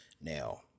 Now